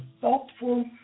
thoughtful